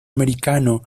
americano